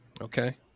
okay